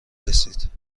رسید